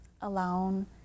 alone